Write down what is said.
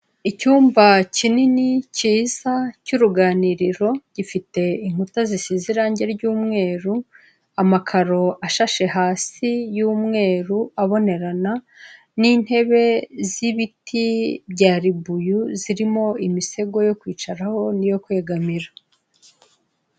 Icyumba kinini cyiza cy'uruganiriro, gifite inkuta zisize irangi ry'umweru, amakaro ashashe hasi y'umweru abonerana n'intebe z'ibiti bya ribuyu zirimo imisego yo kwicaraho niyo kwegamira.